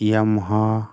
Yamaha